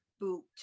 boot